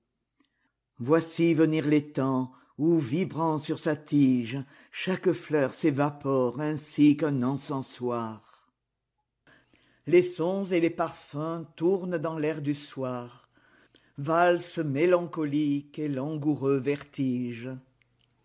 voici venir les temps où vibrant sur sa tigechaque fleur s'évapore ainsi qu'un encensoir les sons et les parfums tournent dans l'air du soir valse mélancolique et langoureux vertige